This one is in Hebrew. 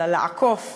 אלא לעקוף,